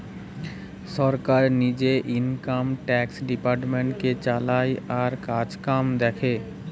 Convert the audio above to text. সরকার নিজে income tax ডিপার্টমেন্টটাকে চালায় আর কাজকাম দেখে